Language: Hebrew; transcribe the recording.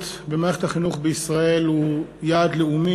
במערכת החינוך בישראל הוא יעד לאומי,